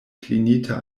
klinita